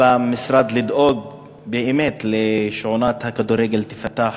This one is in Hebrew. על המשרד לדאוג באמת שעונת הכדורגל תיפתח